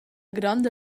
gronda